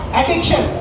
addiction